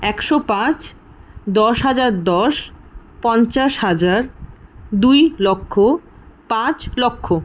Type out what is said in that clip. একশো পাঁচ দশ হাজার দশ পঞ্চাশ হাজার দুই লক্ষ পাঁচ লক্ষ